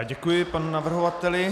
Děkuji panu navrhovateli.